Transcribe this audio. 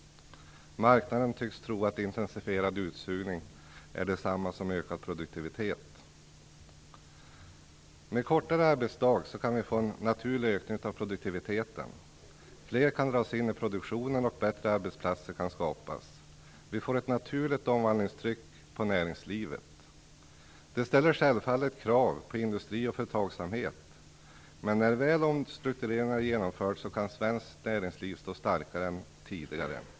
Marknaden tycks tro att intensifierad utsugning är detsamma som ökad produktivitet. Med kortare arbetsdag får vi en naturlig ökning av produktiviteten. Fler kan dras in i produktionen, och bättre arbetsplatser kan skapas. Vi får ett naturligt omvandlingstryck på näringslivet. Det ställer självfallet krav på industri och företagsamhet, men när omstruktureringen väl är genomförd kan svenskt näringsliv stå starkare än tidigare.